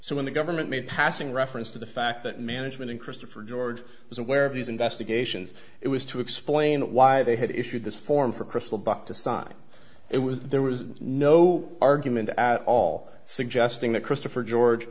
so when the government made passing reference to the fact that management in christopher george was aware of these investigations it was to explain why they had issued this form for crystal block to sign it was there was no argument at all suggesting that christopher george